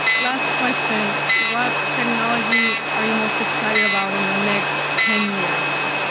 last question, what technology are you most excited about in the next ten years?